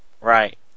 Right